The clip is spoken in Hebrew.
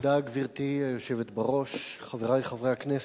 גברתי היושבת בראש, תודה, חברי חברי הכנסת,